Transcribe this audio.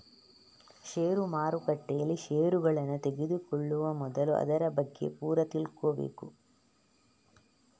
ಷೇರು ಮಾರುಕಟ್ಟೆಯಲ್ಲಿ ಷೇರುಗಳನ್ನ ತೆಗೆದುಕೊಳ್ಳುವ ಮೊದಲು ಅದರ ಬಗ್ಗೆ ಪೂರ ತಿಳ್ಕೊಬೇಕು